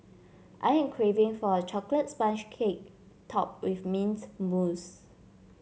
I am craving for a chocolate sponge cake topped with mint mousse